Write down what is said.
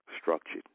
structured